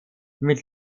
mit